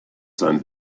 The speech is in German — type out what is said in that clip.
sein